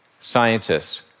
scientists